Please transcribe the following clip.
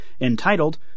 entitled